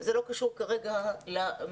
זה לא קשור כרגע למרכזים